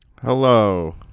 Hello